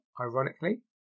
ironically